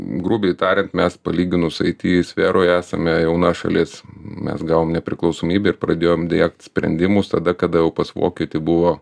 grubiai tariant mes palyginus it sferoje esame jauna šalis mes gavom nepriklausomybę ir pradėjom diegt sprendimus tada kada jau pas vokietį buvo